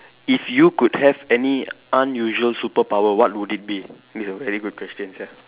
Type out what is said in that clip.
if you could have any unusual superpower what would it be this a very good question sia